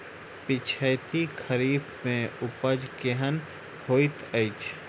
पिछैती खरीफ मे उपज केहन होइत अछि?